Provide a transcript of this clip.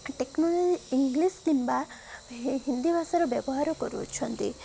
ଟ techno English କିମ୍ବା ହିନ୍ଦୀ ଭାଷାର ବ୍ୟବହାର କରୁଅଛନ୍ତି